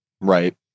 right